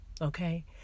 Okay